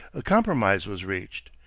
a compromise was reached.